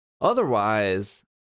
Otherwise